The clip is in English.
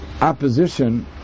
opposition